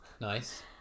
Nice